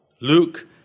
Luke